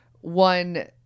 one